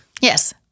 Yes